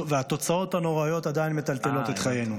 והתוצאות הנוראיות עדיין מטלטלות את חיינו.